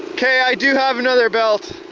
okay, i do have another belt.